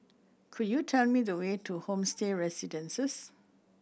could you tell me the way to Homestay Residences